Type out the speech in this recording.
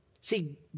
See